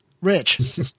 Rich